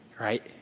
right